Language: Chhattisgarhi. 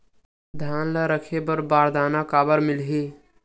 धान ल रखे बर बारदाना काबर मिलही?